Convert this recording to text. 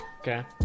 Okay